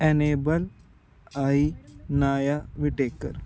enable Anaya Whitaker